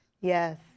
Yes